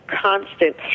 constant